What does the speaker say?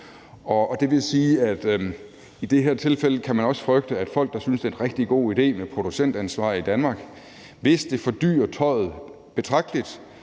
Det vil sige, at i det her tilfælde kan man også frygte, at folk, der synes, det er en rigtig god idé med producentansvar i Danmark, så alligevel, hvis det fordyrer tøjet betragteligt,